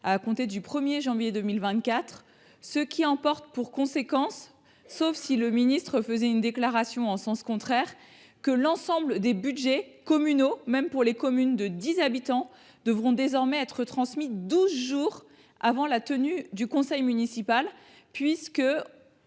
à compter du 1 janvier 2024, ce qui emporte pour conséquence, sauf si le ministre faisait une déclaration en sens contraire, que l’ensemble des budgets communaux, y compris ceux des communes de dix habitants, devront désormais être transmis douze jours avant la tenue du conseil municipal. La